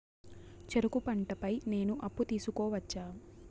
చెరుకు పంట పై నేను అప్పు తీసుకోవచ్చా?